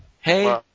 Hey